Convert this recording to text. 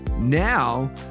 Now